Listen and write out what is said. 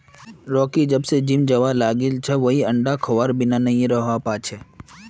Rocky जब स gym जाबा लागिल छ वइ अंडा खबार बिनइ नी रहबा पा छै